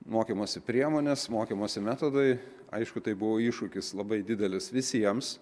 mokymosi priemonės mokymosi metodai aišku tai buvo iššūkis labai didelis visiems